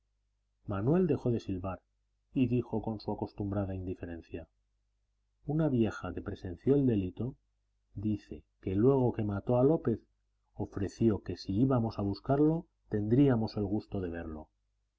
manuel dejó de silbar y dijo con su acostumbrada indiferencia una vieja que presenció el delito dice que luego que mató a lópez ofreció que si íbamos a buscarlo tendríamos el gusto de verlo